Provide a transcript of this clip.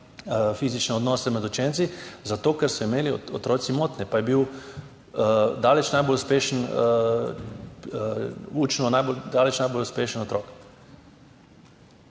fizične odnose med učenci, zato ker so imeli otroci motnje. Pa je bil učno daleč najbolj uspešen otrok.